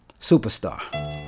Superstar